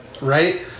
right